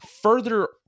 further